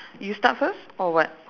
you start first or what